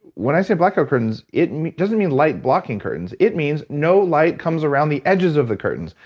when i say blackout curtains, it doesn't mean light blocking curtains, it means no light comes around the edges of the curtains.